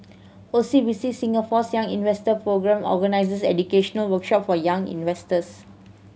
O C B C Singapore's Young Investor Programme organizes educational workshop for young investors